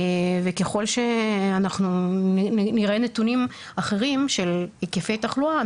ככל שאנחנו נראה נתונים אחרים של היקפי תחלואה,